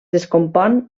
descompon